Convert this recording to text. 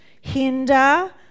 hinder